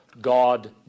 God